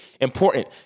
important